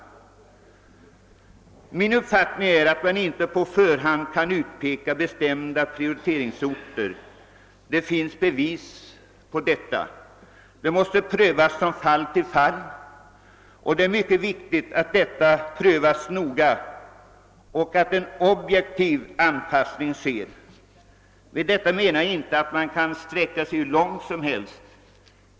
Min uppfattning är att man inte på förhand kan utpeka bestämda prioriteringsorter; det finns bevis på detta. Saken måste noga prövas från fall till fall, och det är mycket viktigt att en objektiv anpassning sker. Med detta menar jag inte att man kan sträcka sig hur långt som helst.